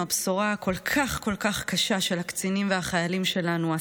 עם הבשורה הכל-כך כל כך קשה של הקצינים והחיילים שלנו,